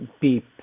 beep